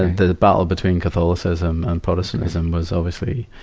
the battle between catholicism and protestantism was obviously,